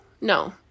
no